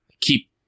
Keep